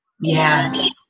Yes